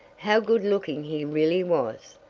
how good-looking he really was!